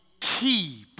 keep